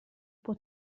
può